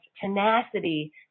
tenacity